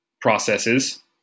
processes